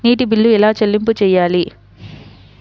నీటి బిల్లు ఎలా చెల్లింపు చేయాలి?